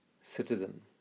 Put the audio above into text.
citizen